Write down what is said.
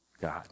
God